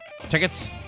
tickets